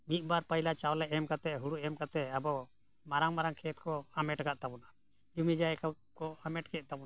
ᱢᱤᱫ ᱵᱟᱨ ᱯᱟᱹᱭᱞᱟᱹ ᱪᱟᱣᱞᱮ ᱮᱢ ᱠᱟᱛᱮ ᱦᱩᱲᱩ ᱮᱢ ᱠᱟᱛᱮᱫ ᱟᱵᱚ ᱢᱟᱨᱟᱝ ᱢᱟᱨᱟᱝ ᱠᱷᱮᱛ ᱠᱚ ᱦᱟᱢᱮᱴ ᱟᱠᱟᱫ ᱛᱟᱵᱚᱱᱟ ᱡᱚᱢᱤ ᱡᱟᱭᱜᱟ ᱠᱚ ᱦᱟᱢᱮᱴ ᱠᱮᱫ ᱛᱟᱵᱚᱱᱟ